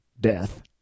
death